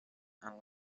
and